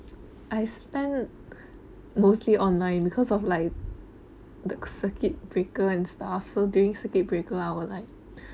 I spend mostly online because of like the circuit breaker and stuff so during circuit breaker I will like